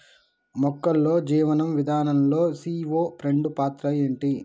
మొక్కల్లో జీవనం విధానం లో సీ.ఓ రెండు పాత్ర ఏంటి?